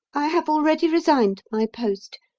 i have already resigned my post,